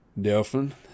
Dolphin